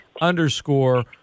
underscore